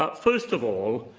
but first of all,